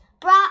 brought